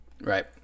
Right